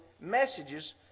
messages